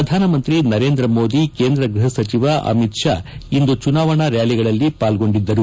ಪ್ರಧಾನಮಂತ್ರಿ ನರೇಂದ್ರ ಮೋದಿ ಕೇಂದ್ರ ಗೃಪ ಸಚಿವ ಅಮಿತ್ ಶಾ ಇಂದು ಚುನಾವಣಾ ರ್ಕಾಲಿಗಳಲ್ಲಿ ಪಾಲ್ಗೊಂಡಿದ್ದರು